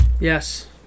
Yes